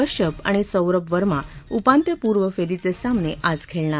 कश्यप आणि सौरभ वर्मा उपांत्यपूर्व फेरीचे सामने आज खेळणार